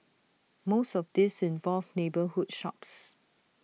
most of these involved neighbourhood shops